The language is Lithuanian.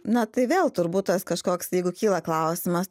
na tai vėl turbūt tas kažkoks jeigu kyla klausimas